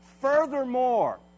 furthermore